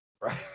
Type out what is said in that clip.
Right